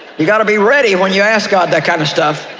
you got to be ready when you ask god that kind of stuff